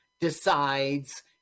decides